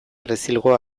errezilgo